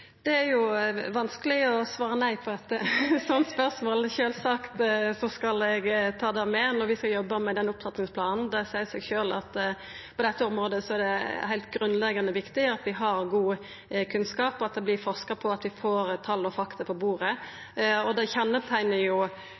Det er vanskeleg å svare nei på eit sånt spørsmål. Sjølvsagt skal eg ta det med når vi skal jobba med denne opptrappingsplanen. Det seier seg sjølv at på dette området er det heilt grunnleggjande viktig at vi har god kunnskap, at det vert forska på, og at vi får tal og fakta på bordet. Det kjenneteiknar jo tala, både dei